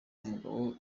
umugabo